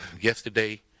Yesterday